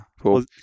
cool